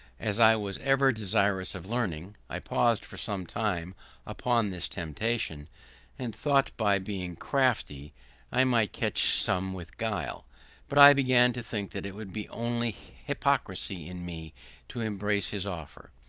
as i was ever desirous of learning, i paused for some time upon this temptation and thought by being crafty i might catch some with guile but i began to think that it would be only hypocrisy in me to embrace his offer,